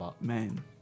men